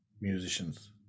musicians